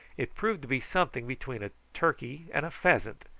it proved to be something between a turkey and a pheasant,